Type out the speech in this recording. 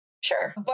Sure